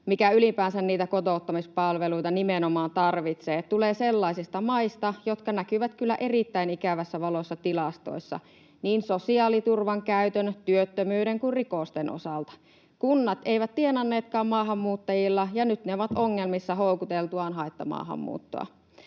mikä ylipäänsä niitä kotouttamispalveluita nimenomaan tarvitsee, tulee sellaisista maista, jotka näkyvät kyllä erittäin ikävässä valossa tilastoissa niin sosiaaliturvan käytön, työttömyyden kuin rikosten osalta. Kunnat eivät tienanneetkaan maahanmuuttajilla, ja nyt ne ovat ongelmissa houkuteltuaan haittamaahanmuuttoa.